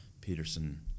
Peterson